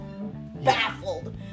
baffled